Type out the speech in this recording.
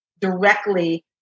directly